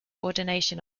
ordination